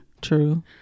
true